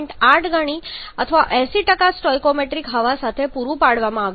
8 ગણી અથવા 80 સ્ટોઇકિયોમેટ્રિક હવા સાથે પુરું પાડવામાં આવ્યું છે